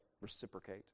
reciprocate